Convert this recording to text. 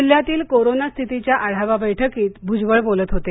जिल्ह्यातील कोरोना स्थितीच्या आढावा बैठकीत भूजबळ बोलत होते